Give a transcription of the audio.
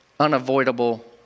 unavoidable